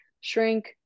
shrink